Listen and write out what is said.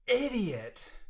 idiot